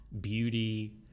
beauty